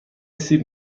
سیب